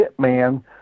hitman